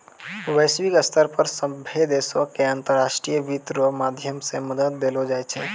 वैश्विक स्तर पर सभ्भे देशो के अन्तर्राष्ट्रीय वित्त रो माध्यम से मदद देलो जाय छै